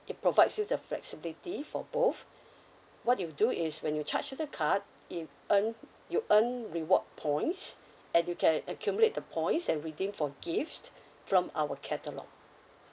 it provides you the flexibility for both what you do is when you charge to the card it earn you earn reward points and you can accumulate the points and redeem for gifts from our catalogue